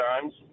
times